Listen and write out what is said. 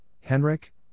Henrik